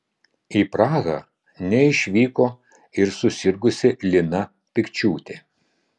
į prahą neišvyko ir susirgusi lina pikčiūtė